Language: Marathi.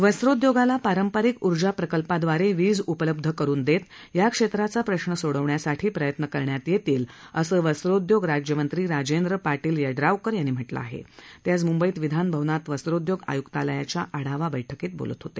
वस्त्रोद्योगाला पारंपरिक ऊर्जा प्रकल्पाद्वारे वीज उपलब्ध करुन देत या क्षेत्राचा प्रश्न सोडवण्यासाठी प्रयत्न करण्यात येतील असं वस्त्रोद्योग राज्यमंत्री राजेंद्र पाटील यड्रावकर यांनी म्हटलं आहे ते आज मुंबईत विधानभवनात वस्त्रोद्योग आयुक्तालयाच्या आढावा बैठकीत बोलत होते